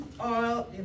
oil